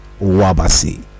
wabasi